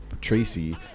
Tracy